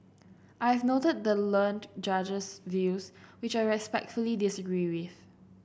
I have noted the learned Judge's views which I respectfully disagree with